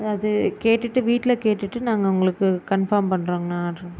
அது கேட்டுட்டு வீட்டில கேட்டுட்டு நாங்கள் உங்களுக்கு கன்ஃபார்ம் பண்ணுறோங்கண்ணா ஆர்ட்ரை